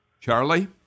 Charlie